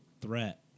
threat